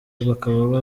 bakaba